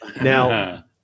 Now